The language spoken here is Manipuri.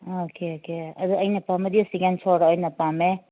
ꯑꯥ ꯑꯣꯀꯦ ꯑꯣꯀꯦ ꯑꯗꯣ ꯑꯩꯅ ꯄꯥꯝꯕꯗꯤ ꯁꯦꯀꯦꯟ ꯐ꯭ꯂꯣꯔ ꯑꯣꯏꯅ ꯄꯥꯝꯃꯦ